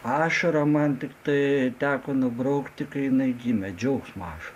ašarą man tiktai teko nubraukti kai jinaigimė džiaugsmo ašarą